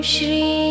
Shri